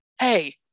hey